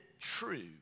true